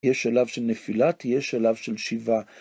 יש שלב של נפילה, ויש שלב של שיבה.